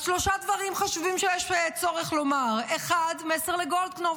אז שלושה דברים חשובים שיש צורך לומר: 1. מסר לגולדקנופ: